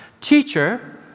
Teacher